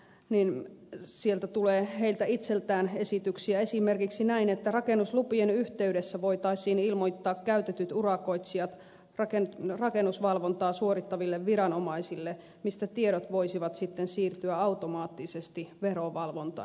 yrittäjiltä itseltään tulee esityksiä esimerkiksi että rakennuslupien yhteydessä voitaisiin ilmoittaa käytetyt urakoitsijat rakennusvalvontaa suorittaville viranomaisille mistä tiedot voisivat sitten siirtyä automaattisesti verovalvontaan